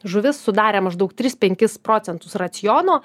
žuvis sudarė maždaug tris penkis procentus raciono